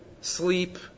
sleep